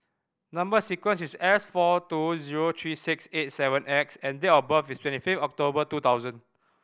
number sequence is S four two zero three six eight seven X and date of birth is twenty five October two thousand